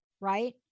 right